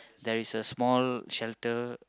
there is a small shelter